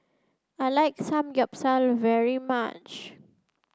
I like Samgeyopsal very much